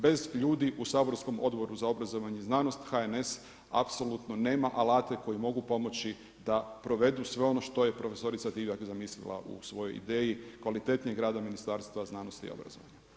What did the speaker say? Bez ljudi u saborskom Odboru za obrazovanje i znanost HNS apsolutno nema alate koji mogu pomoći da provedu sve ono što je prof. Divjak zamislila u svojoj ideji kvalitetnijeg rada Ministarstva znanosti i obrazovanja.